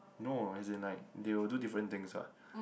no as in like they will do different things what